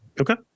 okay